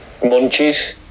Munchies